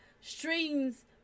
streams